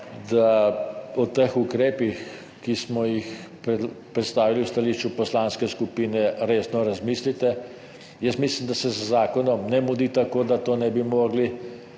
da o teh ukrepih, ki smo jih predstavili v stališču poslanske skupine, resno razmislite. Jaz mislim, da se z zakonom ne mudi, da tega ne bi mogli